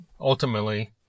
ultimately